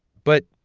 but,